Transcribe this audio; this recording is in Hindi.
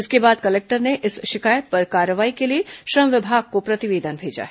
इसके बाद कलेक्टर ने इस शिकायत पर कार्रवाई के लिए श्रम विभाग को प्रतिवेदन भेजा है